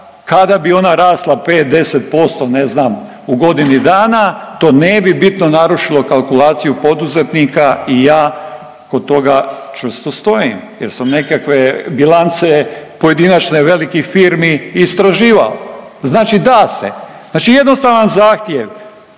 kada bi ona rasla 5, 10% ne znam u godinu dana, to ne bi bitno narušilo kalkulaciju poduzetnika i ja kod toga čvrsto stojim jer sam nekakve bilance pojedinačne velikih firmi istraživao. Znači da se, znači jednostavan zahtjev,